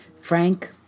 Frank